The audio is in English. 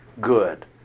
good